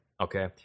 Okay